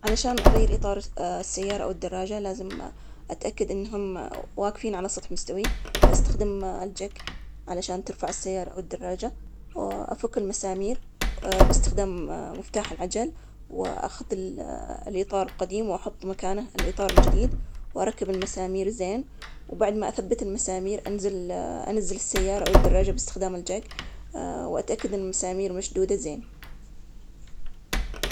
عشان نغير إطار السيارة أو الدراجة، نجمع الأدوات اللي نحتاجها, منجاك ومفتاح وصامولة, بعدها نرفع السيارة أو الدراجة من خلال الجاك. نفك الصامولة, ونشيل الإطار القديم ونحطه على جنب، ونركب الإطار الجديد ونثبته. وبعدها ننزل السيارة ونشيك على ثباتها. هيك نكون غيرنا الإطار.